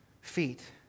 feet